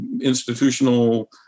institutional